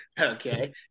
Okay